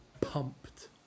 pumped